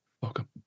welcome